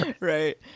Right